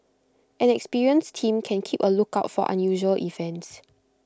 an experienced team can keep A lookout for unusual events